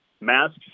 Masks